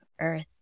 earth